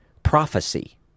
prophecy